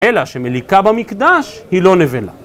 אלא שמליקה במקדש היא לא נבלה.